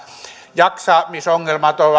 jaksamisongelmat